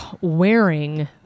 wearing